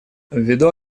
ввиду